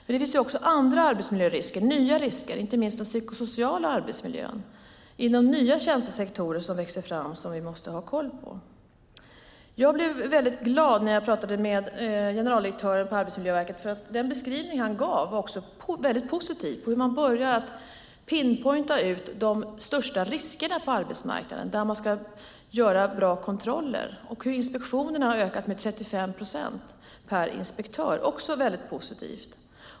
Men det finns andra och nya arbetsmiljörisker, inte minst i den psykosociala arbetsmiljön inom nya tjänstesektorer som växer fram, som vi måste ha koll på. Jag blev väldigt glad när jag pratade med generaldirektören på Arbetsmiljöverket, därför att den beskrivning han gav var väldigt positiv. Han beskrev hur man börjar "pinpointa" de största riskerna på arbetsmarknaden och att man där ska göra bra kontroller. Och inspektionerna har ökat med 35 procent per inspektör, också väldigt positivt.